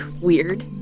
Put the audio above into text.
weird